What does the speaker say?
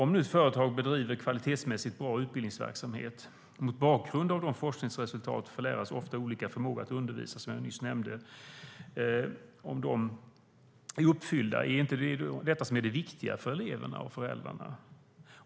Om nu ett företag bedriver kvalitetsmässigt bra utbildningsverksamhet mot bakgrund av de forskningsresultat om lärares ofta olika förmåga att undervisa som jag nyss nämnde, är det då inte detta som är det viktiga för eleverna och föräldrarna?